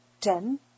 ten